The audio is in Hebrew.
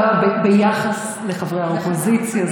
ביחס לחברי האופוזיציה זה נדיר.